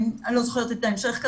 אני לא זוכרת את ההמשך,